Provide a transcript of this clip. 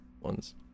ones